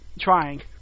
trying